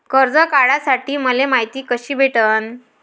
कर्ज काढासाठी मले मायती कशी भेटन?